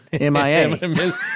MIA